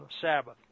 Sabbath